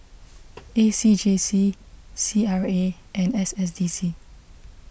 A C J C C R A and S S D C